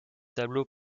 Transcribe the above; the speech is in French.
tableau